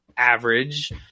average